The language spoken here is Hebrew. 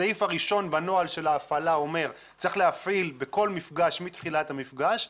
הסעיף הראשון בנוהל של ההפעלה אומר שצריך להפעיל בכל מפגש מתחילת המפגש,